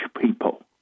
people